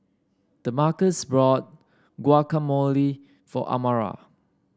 Damarcus bought Guacamole for Amara